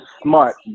smart